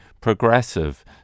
progressive